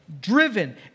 driven